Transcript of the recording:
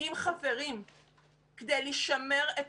עם חברים כדי לשמר את